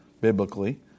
biblically